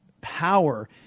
power